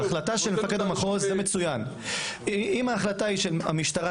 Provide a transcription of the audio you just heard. אם ההחלטה היא החלטה מקצועית של המשטרה,